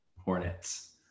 Hornets